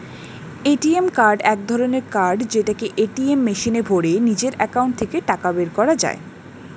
ATM card এক ধরণের card যেটাকে এটিএম মেশিনে ভরে নিজের একাউন্ট থেকে টাকা বের করা যায়